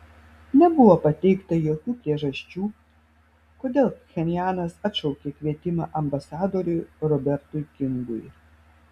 nebuvo pateikta jokių priežasčių kodėl pchenjanas atšaukė kvietimą ambasadoriui robertui kingui